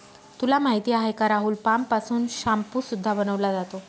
तुला माहिती आहे का राहुल? पाम पासून शाम्पू सुद्धा बनवला जातो